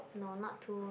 no not too